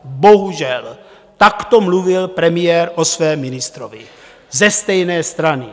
Bohužel, takto mluvil premiér o svém ministrovi ze stejné strany.